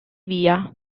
via